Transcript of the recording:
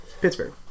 Pittsburgh